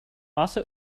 also